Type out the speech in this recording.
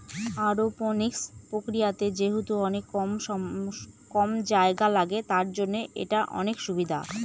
aeroponics প্রক্রিয়াতে যেহেতু অনেক কম জায়গা লাগে, তার জন্য এটার অনেক সুবিধা